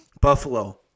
Buffalo